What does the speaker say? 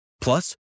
Plus